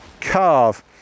carve